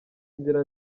inzira